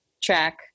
track